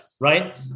Right